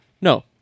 No